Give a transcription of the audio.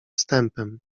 wstępem